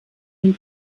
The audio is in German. den